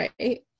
right